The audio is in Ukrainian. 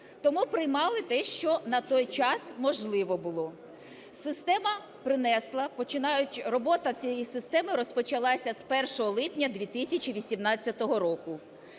тому приймали те, що на той час можливо було. Система принесла, починаючи… Робота цієї системи розпочалася з 1 липня 2018 року.